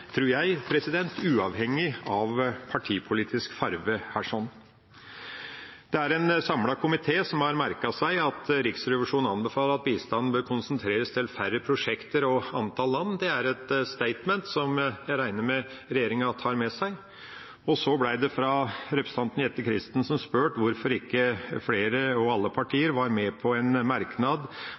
tror jeg, uavhengig av partipolitisk farge her. Det er en samlet komité som har merket seg at Riksrevisjonen anbefaler at bistanden bør konsentreres til færre prosjekter og antall land. Det er et «statement» som jeg regner med regjeringa tar med seg. Så ble det fra representanten Jette F. Christensens side spurt hvorfor ikke flere – alle partier – var med på en merknad